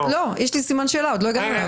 יש לי סימן שאלה, עוד לא הגעתי אליו.